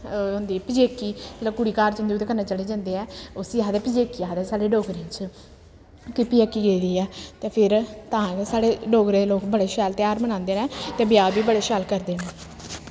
ओह् होंदी पजेकी जेल्लै कुड़ी घर जंदी ओह्दे कन्नै जेह्ड़े जंदे ऐ उस्सी आखदे पजैकी आखदे साढ़े डोगरें च कि पजेकी गेदी ऐ ते फिर तां गै साढ़े डोगरें दे लोक बड़े शैल तेहार मनांदे नै ते ब्याह् बी बड़े शैल करदे नै